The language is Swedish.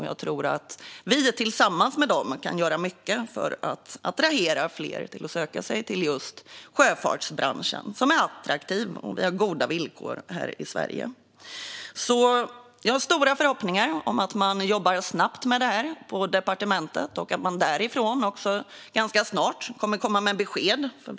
Jag tror att vi tillsammans med dem kan göra mycket för att attrahera fler till att söka sig till just sjöfartsbranschen, som är attraktiv och har goda villkor här i Sverige. Jag har alltså stora förhoppningar om att man jobbar snabbt med detta på departementet och att man kommer att komma med besked ganska snart.